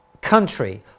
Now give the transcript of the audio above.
Country